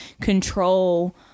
control